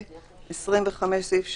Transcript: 25. בסעיף 2(ד)